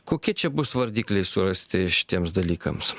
kokie čia bus vardikliai surasti šitiems dalykams